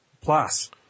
plus